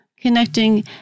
Connecting